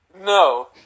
No